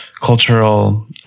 cultural